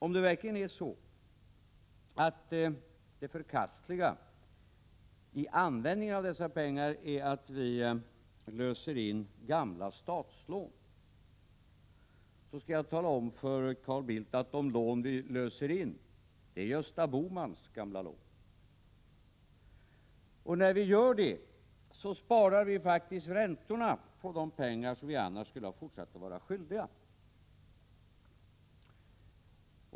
Om det verkligen är så, att det förkastliga i användningen av dessa pengar är att vi löser in gamla statslån, skall jag tala om för Carl Bildt att de lån som vi löser in är Gösta Bohmans gamla lån. När vi gör det sparar vi faktiskt räntorna på de pengar som vi annars skulle ha fortsatt att vara skyldiga.